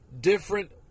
different